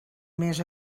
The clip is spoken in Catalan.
més